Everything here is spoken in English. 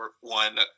one